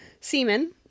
semen